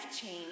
change